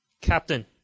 captain